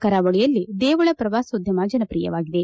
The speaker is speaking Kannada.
ಕರಾವಳಿಯಲ್ಲಿ ದೇವಳ ಪ್ರವಾಸೋದ್ದಮ ಜನಪ್ರಿಯವಾಗಿದೆ